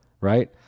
right